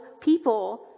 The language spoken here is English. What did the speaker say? people